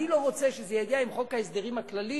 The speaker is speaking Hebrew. אני לא רוצה שזה יגיע עם חוק ההסדרים הכללי,